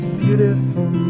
beautiful